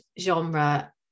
genre